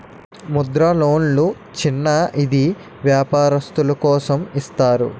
ముద్ర లోన్లు చిన్న ఈది వ్యాపారస్తులు కోసం ఇస్తారు